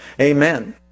Amen